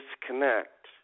disconnect